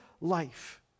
life